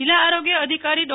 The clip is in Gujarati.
જિલ્લા આરોગ્ય અધિકારી ડો